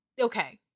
Okay